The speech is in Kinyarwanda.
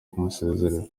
kumusezera